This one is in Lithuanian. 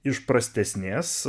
iš prastesnės